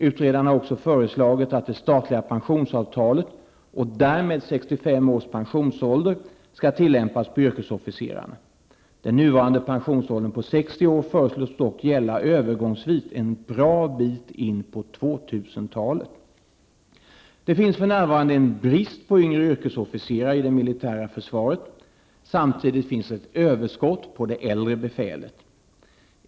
Utredaren har också föreslagit att det statliga pensionsavtalet och därmed 65 års pensionsålder skall tillämpas på yrkesofficerarna. Den nuvarande pensionsåldern på 60 år föreslås dock gälla övergångsvis en bra bit in på 2000-talet. Det finns för närvarande en brist på yngre yrkesofficerare i det militära försvaret. Samtidigt finns det ett överskott på det äldre befälet.